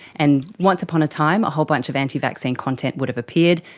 and once upon a time a whole bunch of anti-vaccine content would have appeared,